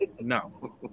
No